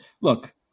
look